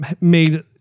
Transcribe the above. made